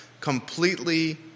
completely